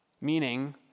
meaning